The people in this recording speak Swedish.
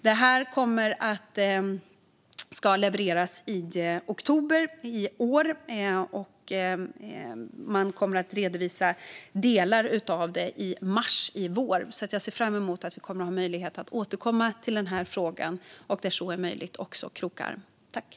Detta ska levereras i oktober i år, och man kommer att redovisa delar av det i mars i vår. Jag ser alltså fram emot att få möjlighet att återkomma till den här frågan och, där så är möjligt, kroka arm.